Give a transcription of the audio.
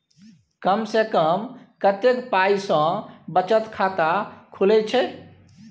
कम से कम कत्ते पाई सं बचत खाता खुले छै?